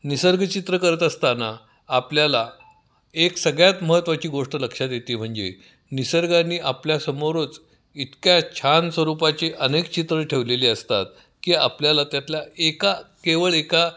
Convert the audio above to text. निसर्गचित्र करत असताना आपल्याला एक सगळ्यात महत्त्वाची गोष्ट लक्षात येते म्हणजे निसर्गाने आपल्यासमोरच इतक्या छान स्वरूपाची अनेक चित्रं ठेवलेली असतात की आपल्याला त्यातल्या एका केवळ एका